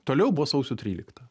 toliau buvo sausio trylikta